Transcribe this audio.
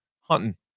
hunting